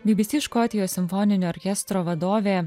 bbc škotijos simfoninio orkestro vadovė